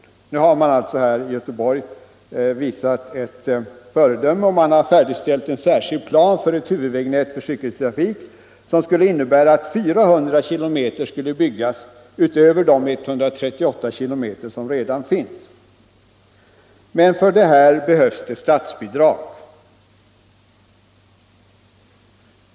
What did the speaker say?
I Göteborg har man alltså visat sig som ett föredöme, och man har nu färdigställt en särskild plan för ett huvudvägnät för cykeltrafik, som skulle innebära att 400 km skulle byggas utöver de 138 km som redan finns. Men för det behövs statsbidrag.